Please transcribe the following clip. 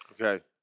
Okay